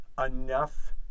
enough